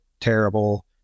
terrible